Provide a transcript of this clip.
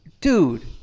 Dude